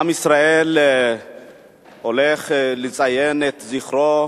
עם ישראל הולך לציין את זכרו,